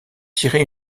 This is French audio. tirer